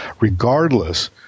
Regardless